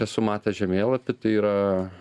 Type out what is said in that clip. esu matęs žemėlapį tai yra